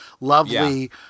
lovely